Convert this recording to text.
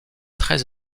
très